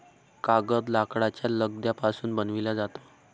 कागद लाकडाच्या लगद्यापासून बनविला जातो